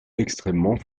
extrêmement